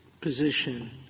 position